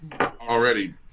already